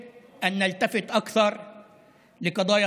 מה שמהווה נטל כבד על מסיים